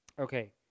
Okay